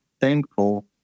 thankful